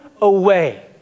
away